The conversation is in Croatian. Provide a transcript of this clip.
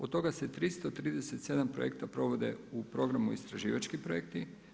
Od toga se 337 projekta provode u programu istraživački projekti.